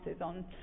on